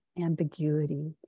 ambiguity